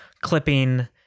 Clipping